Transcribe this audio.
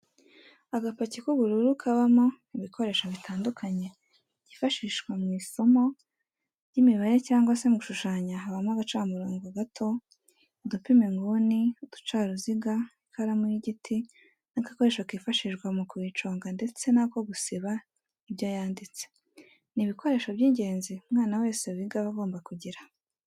Agapaki k'ubururu kabamo ibikoresho bitandukanye byifashishwa mw'isomo ry'imibare cyangwa se mu gushushanya habamo agacamurobo gato, udupima inguni, uducaruziga ,ikaramu y'igiti n'agakoresho kifashishwa mu kuyiconga ndetse n'ako gusiba ibyo yanditse, ni ibikoresho by'ingenzi umwana wese wiga aba agomba kugira.